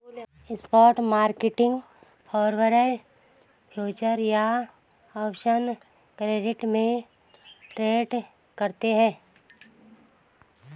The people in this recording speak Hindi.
स्पॉट मार्केट फॉरवर्ड, फ्यूचर्स या ऑप्शंस कॉन्ट्रैक्ट में ट्रेड करते हैं